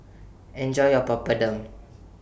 Enjoy your Papadum